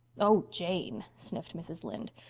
oh, jane, sniffed mrs. lynde.